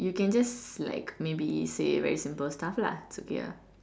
you can just like maybe say very simple stuff lah is okay ah